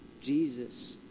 Jesus